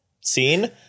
scene